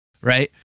right